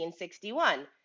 1961